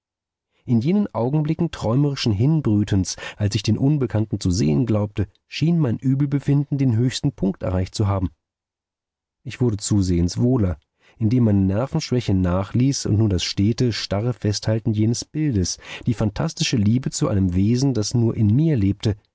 in jenen augenblicken träumerischen hinbrütens als ich den unbekannten zu sehen glaubte schien mein übelbefinden den höchsten punkt erreicht zu haben ich wurde zusehends wohler indem meine nervenschwäche nachließ und nur das stete starre festhalten jenes bildes die phantastische liebe zu einem wesen das nur in mir lebte